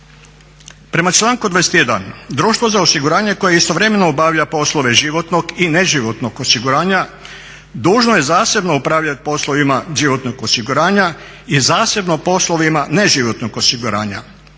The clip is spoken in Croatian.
Prema članku 21. Društvo za osiguranje koje istovremeno obavlja poslove životnog i neživotnog osiguranja dužno je zasebno upravljati poslovima životnog osiguranja i zasebno poslovima neživotnog osiguranja